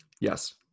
yes